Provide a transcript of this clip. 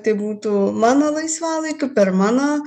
tai būtų mano laisvalaikiu per mano